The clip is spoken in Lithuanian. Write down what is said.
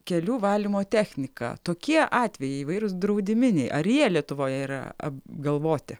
kelių valymo technika tokie atvejai įvairūs draudiminiai ar jie lietuvoje yra apgalvoti